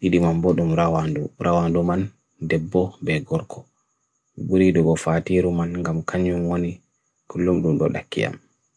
didi mambo dum rawanduman debo begorko, buburidubo fati hiruman gam kanyungwani kulumdum dole kiam.